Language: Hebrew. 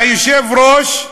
והיושב-ראש,